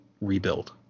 rebuild